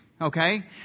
Okay